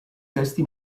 testi